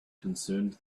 concerned